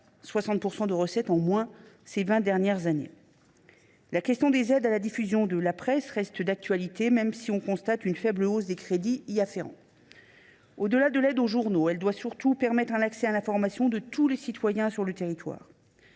60 % de recettes en moins ces vingt dernières années. La question des aides à la presse reste d’actualité, même si l’on constate une faible hausse des crédits qui lui sont consacrés. Au delà de l’aide aux journaux, la presse doit surtout permettre un accès à l’information de tous les citoyens sur le territoire.